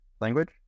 language